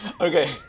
Okay